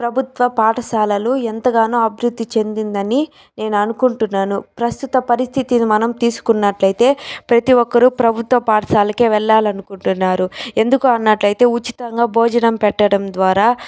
ప్రభుత్వ పాఠశాలలు ఎంతగానో అభివృద్ధి చెందిందని నేను అనుకుంటున్నాను ప్రస్తుత పరిస్థితిని మనం తీసుకున్నట్లైతే ప్రతీ ఒక్కరు ప్రభుత్వ పాఠశాలకే వెళ్లాలనుకుంటున్నారు ఎందుకు అన్నట్లయితే ఉచితంగా భోజనం పెట్టడం ద్వారా